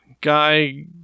guy